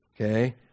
Okay